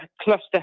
cluster